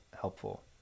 helpful